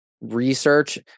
research